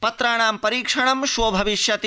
पत्राणं परीक्षणं श्वो भविष्यति